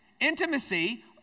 Intimacy